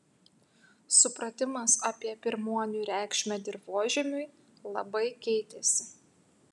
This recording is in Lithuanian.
supratimas apie pirmuonių reikšmę dirvožemiui labai keitėsi